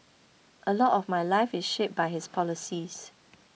a lot of my life is shaped by his policies